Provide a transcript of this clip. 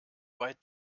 weit